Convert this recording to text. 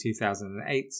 2008